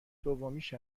دومیش